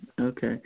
okay